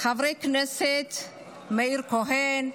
חבר הכנסת מאיר כהן,